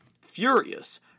Furious